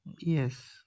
yes